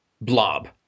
blob